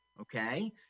Okay